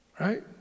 right